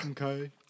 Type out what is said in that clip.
Okay